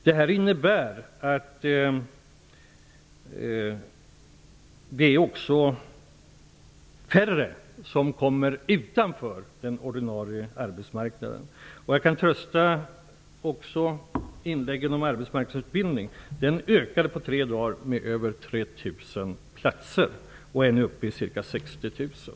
Detta innebär att det också är färre som kommer utanför den ordinarie arbetsmarknaden. Jag kan med anledning av inläggen om arbetsmarknadsutbildning också trösta med att säga att den på tre dagar ökade med över 3 000 platser och nu är uppe i ca 60 000.